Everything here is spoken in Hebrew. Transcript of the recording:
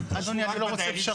אדוני, אני לא רוצה פשרה.